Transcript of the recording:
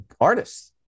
artists